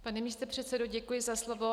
Pane místopředsedo, děkuji za slovo.